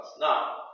Now